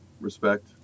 respect